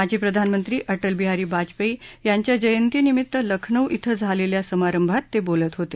माजी प्रधानमंत्री अटल बिहारी वाजपेयी यांच्या जयंतीनिमित्त लखनौ िं झालेल्या समारंभात ते बोलत होते